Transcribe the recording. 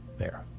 there.